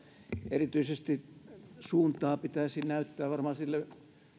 suuntaa pitäisi varmaan näyttää erityisesti sille